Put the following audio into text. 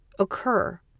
occur